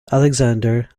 alexander